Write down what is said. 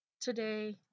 today